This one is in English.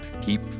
keep